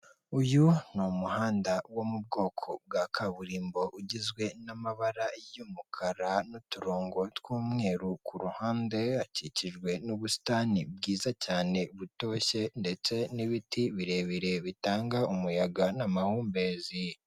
Uyu ni umuhanda wo mu bwoko bwa kaburimbo ugizwe n'amabara y'umukara n'uturongo tw'umweru ku ruhande hakikijwe n'ubusitani bwiza cyane butoshye ndetse n'ibiti birebire bitanga umuyaga n'amahumbezi .